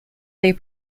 they